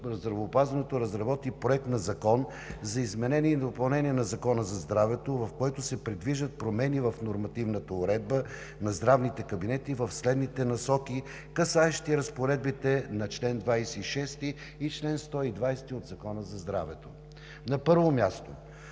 на здравеопазването разработи Законопроект за изменение и допълнение на Закона за здравето, в който се предвиждат промени в нормативната уредба на здравните кабинети в следните насоки, касаещи разпоредбите на чл. 26 и чл. 120 от Закона за здравето: На първо място,